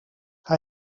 hij